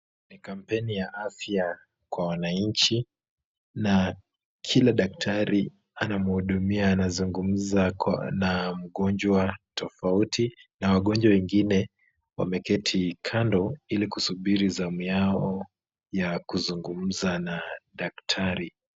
Ni kampeni ya afya kwa wananchi na kila daktari anamuhudumia anazungumza na mgonjwa tofauti na wagonjwa wengine wakeketi kando ili kusubiri zamu yao ya kuzungumza na daktari.